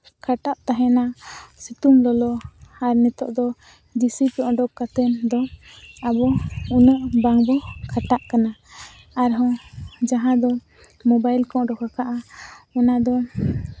ᱠᱷᱟᱴᱟᱜ ᱛᱟᱦᱮᱱᱟ ᱥᱤᱛᱩᱝ ᱞᱚᱞᱚ ᱟᱨ ᱱᱤᱛᱳᱜ ᱫᱚ ᱡᱤᱥᱤᱯᱤ ᱚᱰᱚᱠ ᱠᱟᱛᱮ ᱫᱚᱢᱮ ᱟᱵᱚ ᱩᱱᱟᱹᱜ ᱵᱟᱝ ᱵᱚ ᱠᱷᱟᱴᱟᱜ ᱠᱟᱱᱟ ᱟᱨᱦᱚᱸ ᱡᱟᱦᱟᱸ ᱫᱚ ᱢᱳᱵᱟᱭᱤᱞ ᱠᱚ ᱚᱰᱚᱠᱟᱠᱟᱜᱼᱟ ᱚᱱᱟ ᱫᱚ